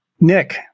Nick